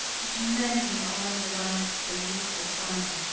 and many are delights beneath the sun!